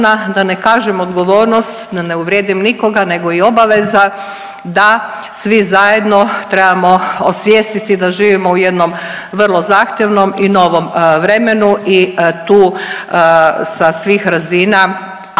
da ne kažem odgovornost da ne uvrijedim nikoga nego i obaveza da svi zajedno trebamo osvijestiti da živimo u jednom vrlo zahtjevnom i novom vremenu i tu sa svih razina,